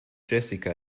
jessica